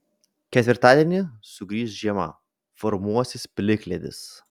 ketvirtadienį sugrįš žiema formuosis plikledis